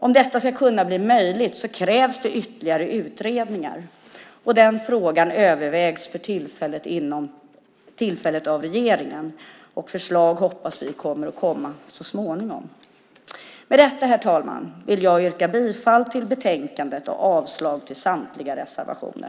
Om det ska kunna bli möjligt krävs det ytterligare utredningar. Den frågan övervägs för tillfället av regeringen. Vi hoppas att förslag kommer så småningom. Med detta, herr talman, vill jag yrka bifall till utskottets förslag i betänkandet och avslag på samtliga reservationer.